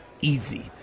Easy